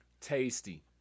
Tasty